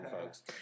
folks